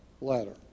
letter